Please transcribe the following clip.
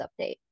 update